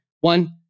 one